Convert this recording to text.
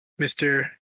Mr